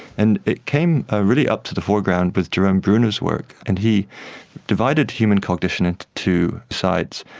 and it came ah really up to the foreground with jerome bruner's work, and he divided human cognition into two sides.